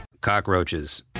cockroaches